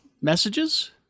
messages